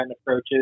approaches